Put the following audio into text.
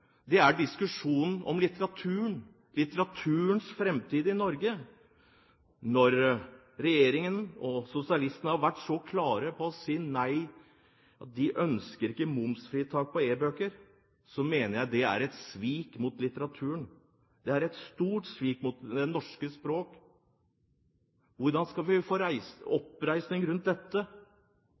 Det er diskusjonen om litteraturen, litteraturens framtid i Norge. Når regjeringen og sosialistene har vært så klare på å si nei til ønsket om momsfritak på e-bøker, mener jeg det er et svik mot litteraturen. Det er et stort svik mot det norske språk. Hvordan skal vi få oppreisning rundt dette?